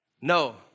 no